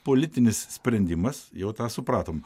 politinis sprendimas jau tą supratom